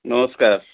ନମସ୍କାର